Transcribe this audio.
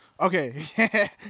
Okay